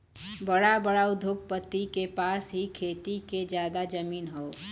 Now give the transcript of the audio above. बड़ा बड़ा उद्योगपति के पास ही खेती के जादा जमीन हौ